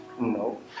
No